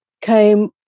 came